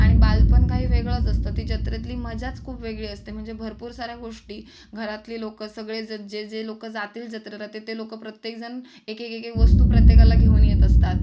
आणि बालपण काही वेगळंच असतं ती जत्रेतली मजाच खूप वेगळी असते म्हणजे भरपूर साऱ्या गोष्टी घरातली लोकं सगळे जण जे जे लोकं जातील जत्रेला ते ते लोकं प्रत्येक जण एक एक एक एक वस्तू प्रत्येकाला घेऊन येत असतात